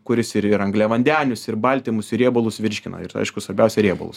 kuris ir ir angliavandenius ir baltymus ir riebalus virškina ir aišku svarbiausia riebaus